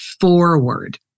forward